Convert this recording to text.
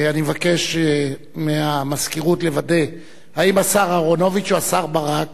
אני מבקש מהמזכירות לוודא אם השר אהרונוביץ או השר ברק